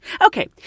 Okay